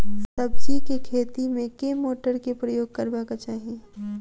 सब्जी केँ खेती मे केँ मोटर केँ प्रयोग करबाक चाहि?